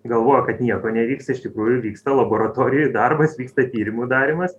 galvoja kad nieko nevyksta iš tikrųjų vyksta laboratorijoj darbas vyksta tyrimų darymas